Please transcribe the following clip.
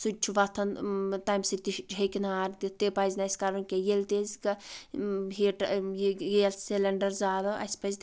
سُہ تہِ چھُ وۄتھان تمہِ سۭتۍ تہِ ہیٚکہِ نار دِتھ تہِ پزِ نہٕ اَسہِ کَرُن کینٛہہ ییٚلہِ تہِ أسۍ ہیٖٹر گیس سِلینڈَر زیاد اَسہِ پزِ